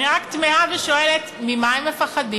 אני רק תמהה ושואלת: ממה הם מפחדים?